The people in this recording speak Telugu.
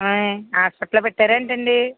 ఆయ్ హాస్పిటల్ లో పెట్టారా ఏంటండీ